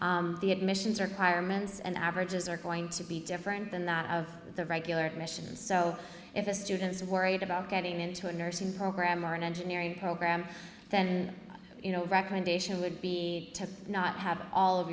engineering the admissions are quire mends and averages are going to be different than that of the regular missions so if a student is worried about getting into a nursing program or an engineering program then you know recommendation would be to not have all of